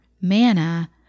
manna